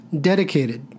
dedicated